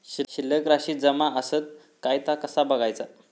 शिल्लक राशी जमा आसत काय ता कसा बगायचा?